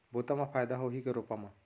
बुता म फायदा होही की रोपा म?